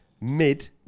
mid